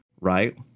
right